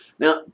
Now